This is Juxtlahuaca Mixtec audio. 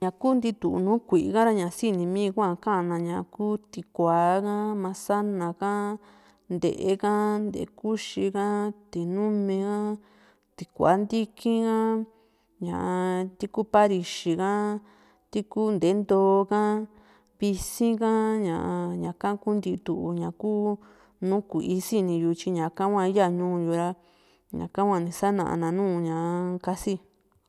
na kuu ntitu nùù kui´i sinimí kua ka´na ña ku tikua ha, masana ha, nte´e ka, nteé kuxi ka, tinumi ha, tikua ntíiki ha, ñaa tiku parixi ha, tiku nte´e ntoo ha, vi´sin ha, ña ña´ka kunti tuu ñaku nùù kui´i siniyu tyi ñaka hua yaa ñuu yu ra ñaka hua ni sanana nùù ña kasi.